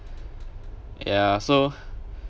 ya so